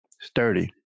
sturdy